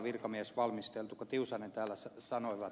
tiusanen täällä sanoi